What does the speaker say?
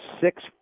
six